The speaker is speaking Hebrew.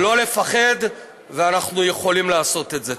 לא לפחד, ואנחנו יכולים לעשות את זה.